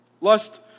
lust